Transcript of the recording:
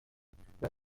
dispusieron